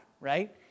right